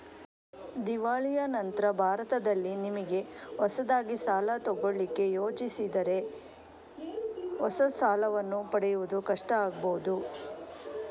ದಿವಾಳಿಯ ನಂತ್ರ ಭಾರತದಲ್ಲಿ ನಿಮಿಗೆ ಹೊಸದಾಗಿ ಸಾಲ ತಗೊಳ್ಳಿಕ್ಕೆ ಯೋಜಿಸಿದರೆ ಹೊಸ ಸಾಲವನ್ನ ಪಡೆಯುವುದು ಕಷ್ಟ ಆಗ್ಬಹುದು